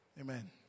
Amen